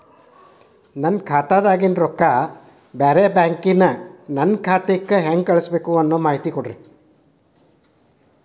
ನನ್ನ ಖಾತಾದಾಗಿನ ರೊಕ್ಕ ಬ್ಯಾರೆ ಬ್ಯಾಂಕಿನ ನನ್ನ ಖಾತೆಕ್ಕ ಹೆಂಗ್ ಕಳಸಬೇಕು ಅನ್ನೋ ಮಾಹಿತಿ ಕೊಡ್ರಿ?